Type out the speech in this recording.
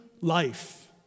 life